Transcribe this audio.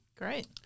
Great